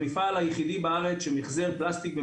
המפעל היחידי בארץ שממחזר פלסטיק.